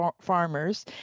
farmers